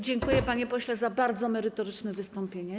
Dziękuję, panie pośle, za bardzo merytoryczne wystąpienie.